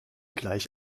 gleich